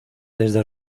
desde